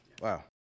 wow